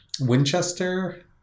Winchester